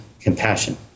compassion